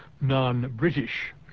non-British